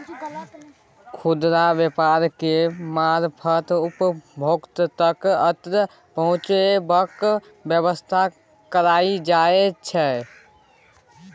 खुदरा व्यापार केर मारफत उपभोक्ता तक अन्न पहुंचेबाक बेबस्था कएल जाइ छै